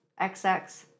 XX